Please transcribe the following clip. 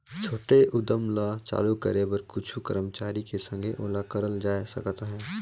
छोटे उद्यम ल चालू करे बर कुछु करमचारी के संघे ओला करल जाए सकत अहे